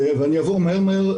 ואני אעבור מהר מהר,